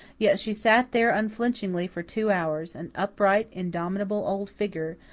yet she sat there unflinchingly for two hours, an upright, indomitable old figure,